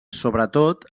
sobretot